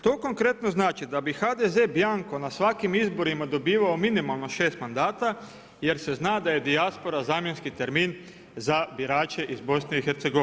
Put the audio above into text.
To konkretno znači da bi HDZ bianco na svakim izborima dobivao minimalno6 mandata, jer se zna da je dijaspora zamjenski termin za birače iz BIH.